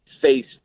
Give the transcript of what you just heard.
face